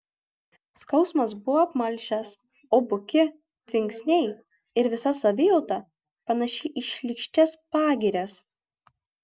skausmas buvo apmalšęs o buki tvinksniai ir visa savijauta panaši į šlykščias pagirias